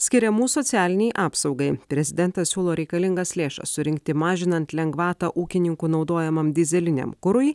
skiriamų socialinei apsaugai prezidentas siūlo reikalingas lėšas surinkti mažinant lengvatą ūkininkų naudojamam dyzeliniam kurui